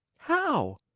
how?